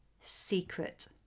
secret